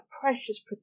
precious